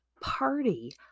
party